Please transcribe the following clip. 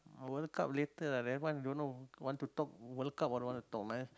World-Cup later ah that one don't know want to talk World-Cup or don't want to talk